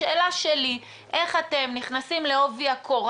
השאלה שלי היא איך אתם נכנסים לעובי הקורה,